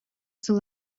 сыл